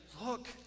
look